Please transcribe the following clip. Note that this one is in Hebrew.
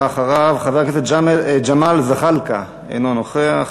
הבא אחריו, חבר הכנסת ג'מאל זחאלקה, אינו נוכח,